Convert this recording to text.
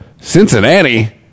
Cincinnati